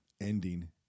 ending